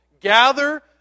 gather